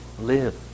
Live